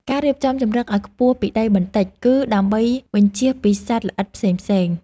ការរៀបចំជម្រកឱ្យខ្ពស់ពីដីបន្តិច គឺដើម្បីបញ្ចៀសពីសត្វល្អិតផ្សេងៗ។